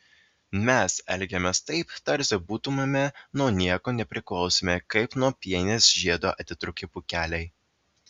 mes elgiamės taip tarsi būtumėme nuo nieko nepriklausomi kaip nuo pienės žiedo atitrūkę pūkeliai